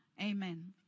Amen